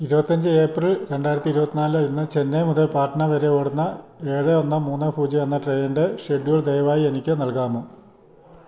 ഇരുപത്തിയഞ്ച് ഏപ്രിൽ രണ്ടായിരത്തി ഇരുപത്തിനാല് ഇന്ന് ചെന്നൈ മുതൽ പാട്ന വരെ ഓടുന്ന ഏഴ് ഒന്ന് മുന്ന് പൂജ്യം എന്ന ട്രെയിനിൻ്റെ ഷെഡ്യൂൾ ദയവായി എനിക്കു നൽകാമോ